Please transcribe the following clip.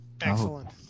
Excellent